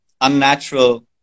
unnatural